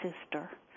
sister